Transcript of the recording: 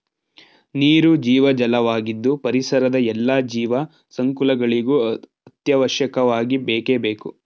ನೀರು ಜೀವಜಲ ವಾಗಿದ್ದು ಪರಿಸರದ ಎಲ್ಲಾ ಜೀವ ಸಂಕುಲಗಳಿಗೂ ಅತ್ಯವಶ್ಯಕವಾಗಿ ಬೇಕೇ ಬೇಕು